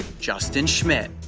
justin schmidt.